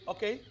Okay